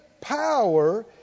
power